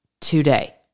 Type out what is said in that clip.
today